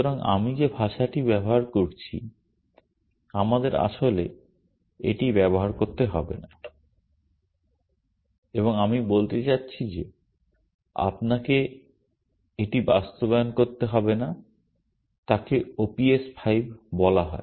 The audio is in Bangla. সুতরাং আমি যে ভাষাটি ব্যবহার করছি আমাদের আসলে এটি ব্যবহার করতে হবে না এবং আমি বলতে চাচ্ছি যে আপনাকে এটি বাস্তবায়ন করতে হবে না তাকে OPS 5 বলা হয়